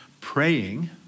praying